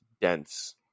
dense